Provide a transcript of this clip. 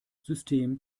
system